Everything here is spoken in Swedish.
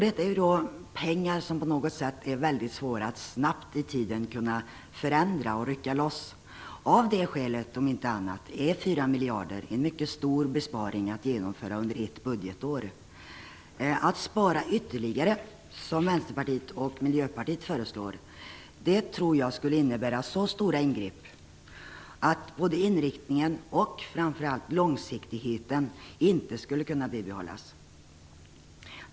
Det är pengar som det är väldigt svårt att snabbt rycka loss. Av det skälet, om inte annat, är 4 miljarder en mycket stor besparing att genomföra under ett budgetår. Att spara ytterligare, som Vänsterpartiet och Miljöpartiet föreslår, tror jag skulle innebära så stora ingrepp att varken inriktningen eller långsiktigheten skulle kunna bibehållas.